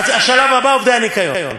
השלב הבא: עובדי הניקיון.